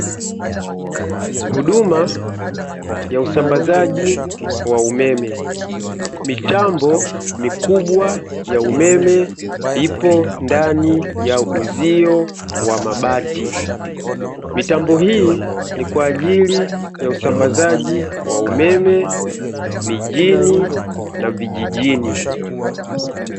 Huduma ya usambazaji wa umeme, mitambo mikubwa ya umeme ipo ndani ya uzio wa mabati. Mitambo hii ni kwa ajili ya usambazaji wa umeme mijini na vijijini.